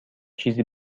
چیزی